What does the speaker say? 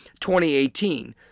2018